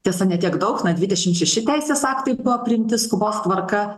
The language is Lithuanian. tiesa ne tiek daug dvidešimt šeši teisės aktai buvo priimti skubos tvarka